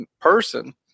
person